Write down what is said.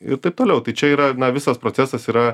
ir taip toliau tai čia yra na visas procesas yra